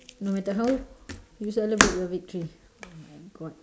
no matter how you celebrate your victory oh my god